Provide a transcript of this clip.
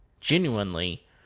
genuinely